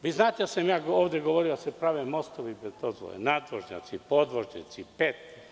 Vi znate da sam ja ovde govorio da se prave mostovi bez dozvole, nadvožnjaci, podvožnjaci, petlje.